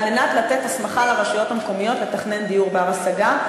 על מנת לתת הסמכה לרשויות המקומיות לתכנן דיור בר-השגה.